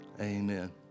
Amen